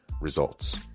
results